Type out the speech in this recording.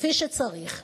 כפי שצריך,